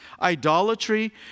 idolatry